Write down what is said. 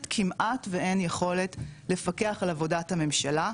כמעט ואין יכולת לפקח על עבודת הממשלה,